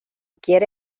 quiere